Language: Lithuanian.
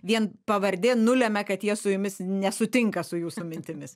vien pavardė nulemia kad jie su jumis nesutinka su jūsų mintimis